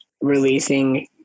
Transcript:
releasing